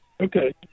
Okay